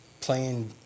playing